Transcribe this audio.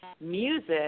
music